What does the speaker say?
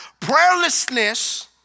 Prayerlessness